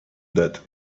that